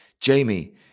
Jamie